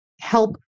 help